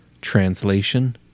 Translation